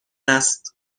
است